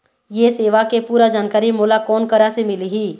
ये सेवा के पूरा जानकारी मोला कोन करा से मिलही?